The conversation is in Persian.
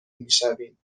میشویم